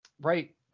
Right